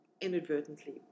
inadvertently